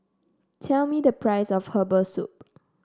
tell me the price of Herbal Soup